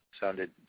sounded